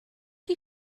chi